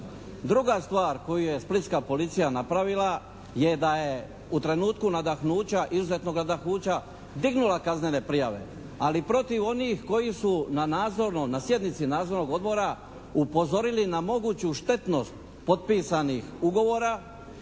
Druga stvar koju je splitska policija napravila je da je u trenutku nadahnuća, izuzetnog nadahnuća dignula kaznene prijave ali protiv onih koji su na sjednici nadzornog odbora upozorili na moguću štetnost potpisanih ugovora